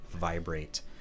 vibrate